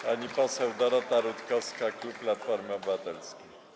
Pani poseł Dorota Rutkowska, klub Platforma Obywatelska.